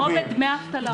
כמו בדמי אבטלה.